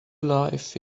life